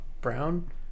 brown